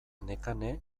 nekane